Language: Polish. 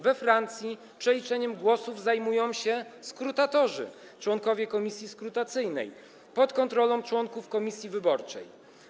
We Francji przeliczaniem głosów zajmują się skrutatorzy, członkowie komisji skrutacyjnej, pod kontrolą członków komisji wyborczej.